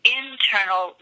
internal